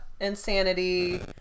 insanity